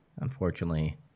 unfortunately